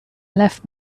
left